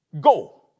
Go